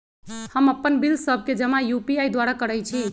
हम अप्पन बिल सभ के जमा यू.पी.आई द्वारा करइ छी